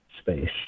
space